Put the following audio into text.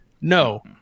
No